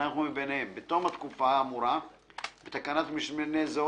הנמוך מביניהם; בתום התקופה האמורה בתקנת משנה זו